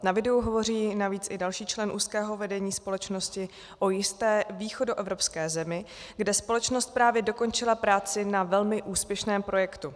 Na videu hovoří navíc i další člen úzkého vedení společnosti o jisté východoevropské zemi, kde společnost právě dokončila práci na velmi úspěšném projektu.